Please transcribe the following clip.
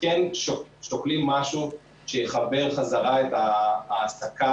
רוצים במיידי הסרה של כל האגרות לשנת 2020 בנושא העובדים הזרים.